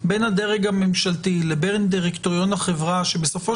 בין הדרג הממשלתי לבין דירקטוריון החברה כאשר בסופו